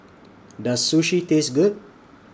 Does Sushi Taste Good